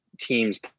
teams